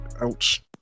Ouch